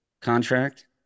contract